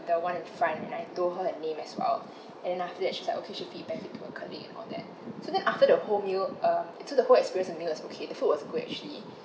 the one in front and I told her the name as well and after that she's like oh could you feedback feed to her colleague and all that so then after the whole meal um actually the whole experience and meal was okay the food was good actually